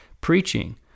preaching